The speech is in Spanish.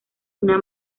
una